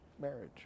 marriage